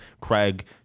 craig